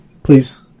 Please